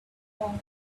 thought